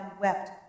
wept